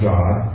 God